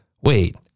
Wait